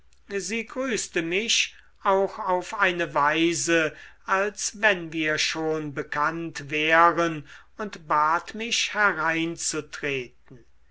sie grüßte mich auch auf eine weise als wenn wir schon bekannt wären und bat mich hereinzutreten